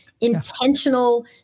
intentional